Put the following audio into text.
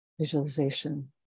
Visualization